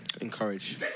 encourage